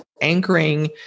anchoring